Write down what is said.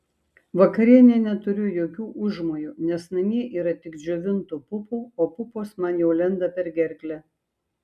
vakarienei neturiu jokių užmojų nes namie yra tik džiovintų pupų o pupos man jau lenda per gerklę